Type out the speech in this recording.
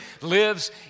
lives